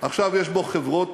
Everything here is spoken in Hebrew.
עכשיו יש בו חברות,